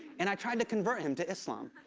and i tried to convert him to islam.